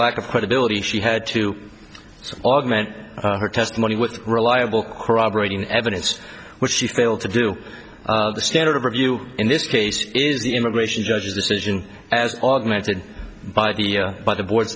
lack of credibility she had to augment her testimony with reliable corroborating evidence which she failed to do the standard of review in this case is the immigration judge's decision as augmented by the by the board